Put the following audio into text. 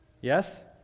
yes